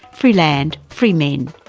free land, free men.